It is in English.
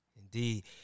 Indeed